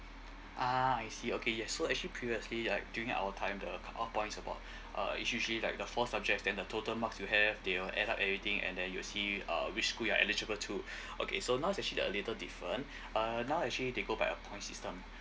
ah I see okay yes so actually previously like during our time the cut off points about uh it's usually like the four subject then the total marks you have they'll add up everything and then you'll see uh which school you are eligible to okay so now it's actually a little different uh now actually they go by a points system